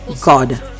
God